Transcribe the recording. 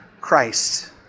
Christ